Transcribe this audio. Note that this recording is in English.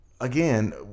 again